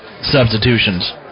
substitutions